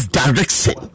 direction